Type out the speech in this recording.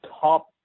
top